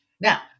Now